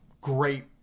great